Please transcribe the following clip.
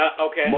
Okay